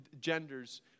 genders